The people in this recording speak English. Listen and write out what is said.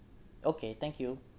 okay thank you